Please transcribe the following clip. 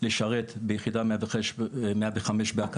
לשרת ביחידה 105 בהקמתה,